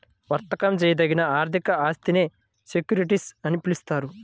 వర్తకం చేయదగిన ఆర్థిక ఆస్తినే సెక్యూరిటీస్ అని పిలుస్తారు